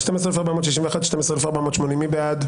12,401 עד 12,420, מי בעד?